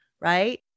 right